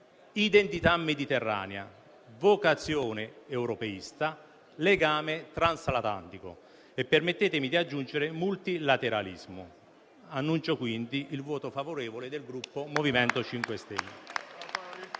identità mediterranea, vocazione europeista, legame transatlantico e - permettetemi di aggiungere - multilateralismo. Annuncio quindi il voto favorevole del Gruppo MoVimento 5 Stelle.